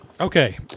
okay